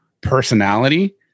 personality